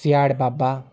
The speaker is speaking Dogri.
सयाढ़ बाबा